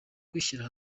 kwishyira